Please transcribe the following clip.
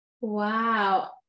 Wow